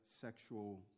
sexual